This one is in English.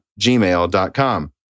gmail.com